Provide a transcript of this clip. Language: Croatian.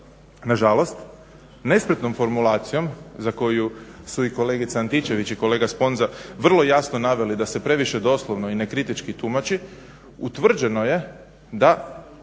Nažalost, nespretnom formulacijom za koju su i kolegica Antičević i kolega Sponza vrlo jasno naveli da se previše doslovno i nekritički tumači, utvrđeno je da